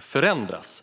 förändras.